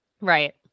Right